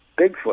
Bigfoot